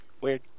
Weird